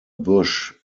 bush